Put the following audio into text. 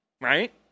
Right